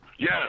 Yes